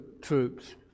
troops